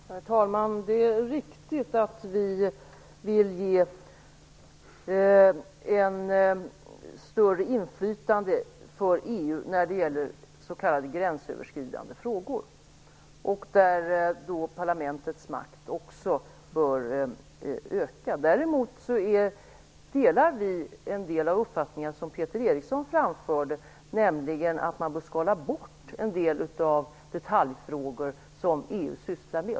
Herr talman! Det är riktigt att vi vill ge ett större inflytande för EU när det gäller s.k. gränsöverskridande frågor, där parlamentets makt också bör öka. Däremot delar vi något av den uppfattning som Peter Eriksson framförde, nämligen att man bör skala bort en del av de detaljfrågor som EU sysslar med.